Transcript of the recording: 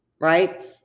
Right